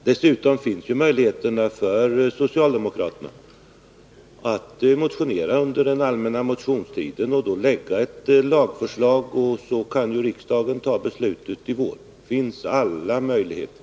Dessutom finns ju möjligheten för socialdemokraterna att motionera under den allmänna motionstiden och då framlägga ett lagförslag, och i så fall kan riksdagen ta beslutet i vår. Det finns alla möjligheter.